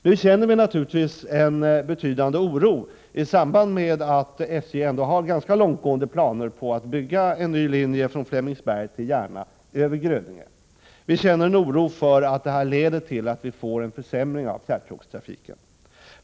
Vi känner naturligtvis en betydande oro i samband med att SJ har ganska långtgående planer på att bygga en ny linje från Flemingsberg till Järna över Grödinge. Vi känner oro för att detta leder till att vi får en försämring av fjärrtågstrafiken.